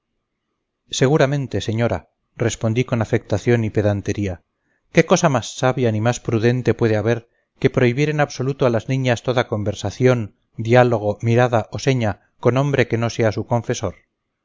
seguramente señora respondí con afectación y pedantería qué cosa más sabia ni más prudente puede haber que prohibir en absoluto a las niñas toda conversación diálogo mirada o seña con hombre que no sea su confesor